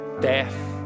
death